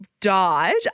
died